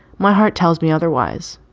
my heart tells me otherwise.